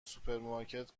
سوپرمارکت